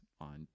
on